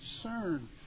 concern